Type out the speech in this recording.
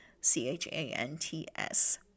C-H-A-N-T-S